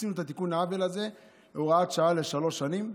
עשינו את תיקון העוול הזה בהוראת שעה לשלוש שנים,